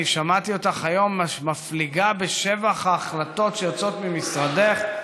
אני שמעתי אותך היום מפליגה בשבח ההחלטות שיוצאות ממשרדך.